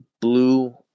blue